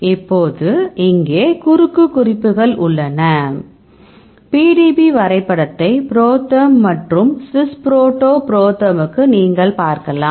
இப்போது இங்கே குறுக்கு குறிப்புகள் உள்ளன PDB வரைபடத்தை ProTherm மற்றும் Swiss proto ProThermக்கு நீங்கள் பார்க்கலாம்